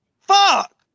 Fuck